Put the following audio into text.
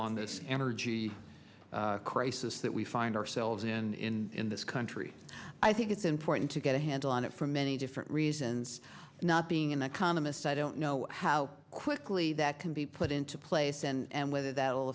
on this energy crisis that we find ourselves in this country i think it's important to get a handle on it for many different reasons not being an economist i don't know how quickly that can be put into place and whether that